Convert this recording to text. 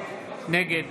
נגד